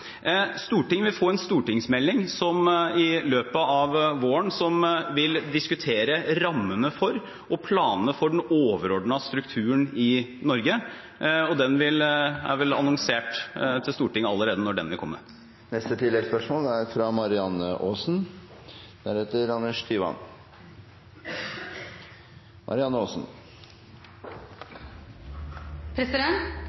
Stortinget vil få en stortingsmelding i løpet av våren som vil diskutere rammene for og planene for den overordnede strukturen i høyere utdanning i Norge, og det er vel allerede annonsert overfor Stortinget når den vil komme. Marianne Aasen